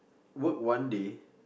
work one day